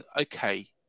okay